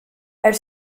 elle